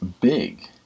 big